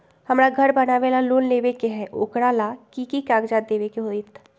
हमरा घर बनाबे ला लोन लेबे के है, ओकरा ला कि कि काग़ज देबे के होयत?